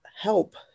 help